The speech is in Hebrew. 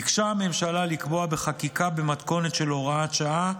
ביקשה הממשלה לקבוע בחקיקה, במתכונת של הוראת שעה,